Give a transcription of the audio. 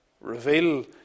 Reveal